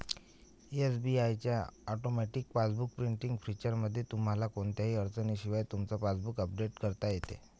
SBI च्या automatic passbook printing फीचरमुळे तुम्हाला कोणत्याही अडचणीशिवाय तुमचं पासबुक अपडेट करता येतं